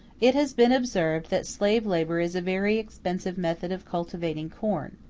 it has been observed that slave labor is a very expensive method of cultivating corn.